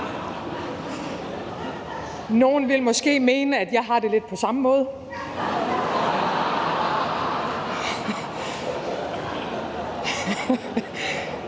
Nogle vil måske mene, at jeg har det lidt på samme måde.